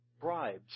bribes